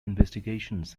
investigations